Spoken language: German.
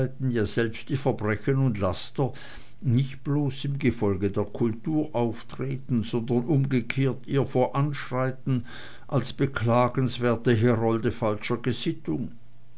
selbst die verbrechen und laster nicht bloß im gefolge der kultur auftreten sondern umgekehrt ihr voranschreiten als beklagenswerte herolde falscher gesittung